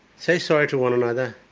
say sorry to one another,